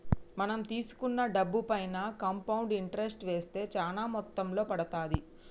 మనం తీసుకున్న డబ్బుపైన కాంపౌండ్ ఇంటరెస్ట్ వేస్తే చానా మొత్తంలో పడతాది